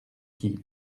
qui